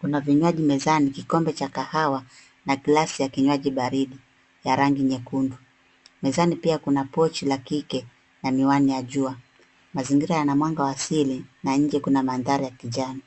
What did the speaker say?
Kuna vinywaji mezani, kikombe cha kahawa na glasi ya kinywaji baridi ya rangi nyekundu. Mezani pia kuna pochi la kike na miwani ya jua. Mazingira yana mwanga wa asili na nje kuna mandhari ya kijani.